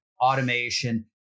automation